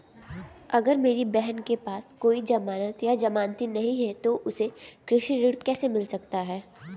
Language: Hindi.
अगर मेरी बहन के पास कोई जमानत या जमानती नहीं है तो उसे कृषि ऋण कैसे मिल सकता है?